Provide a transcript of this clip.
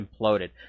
imploded